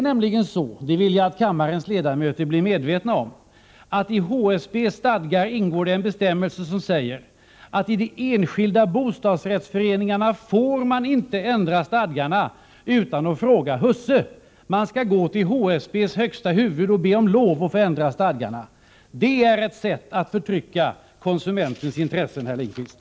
Jag vill att kammarens ledamöter blir medvetna om att det i HSB:s stadgar ingår en bestämmelse som säger att man i de enskilda bostadsrättsföreningarna inte får ändra stadgarna utan att fråga ”husse”. Man skall gå till HSB:s högsta huvud och be om lov att få ändra stadgarna. Det är ett sätt att förtrycka konsumentens intressen, herr Lindkvist.